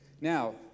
Now